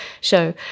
show